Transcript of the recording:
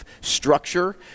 structure